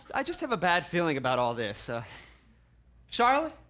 i just have a bad feeling about all this ah charlotte?